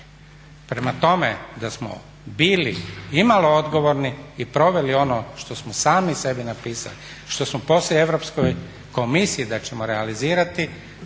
Prema tome da smo bili imalo odgovorni i proveli ono što smo sami sebi napisali, što smo poslali Europskoj komisiji da ćemo realizirati